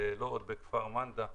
בכפר מנדה,